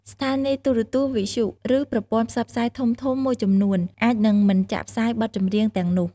ស្ថានីយទូរទស្សន៍ វិទ្យុ ឬប្រព័ន្ធផ្សព្វផ្សាយធំៗមួយចំនួនអាចនឹងមិនចាក់ផ្សាយបទចម្រៀងទាំងនោះ។